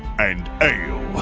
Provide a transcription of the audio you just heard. and ale!